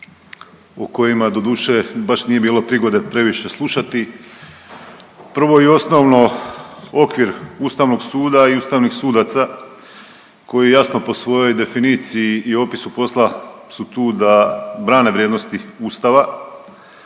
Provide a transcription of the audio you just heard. u kojima doduše baš nije bilo prigode previše slušati. Prvo i osnovno okvir ustavnog suda i ustavnih sudaca koji jasno po svojoj definiciji i opisu poslova su tu da brane vrijednosti ustava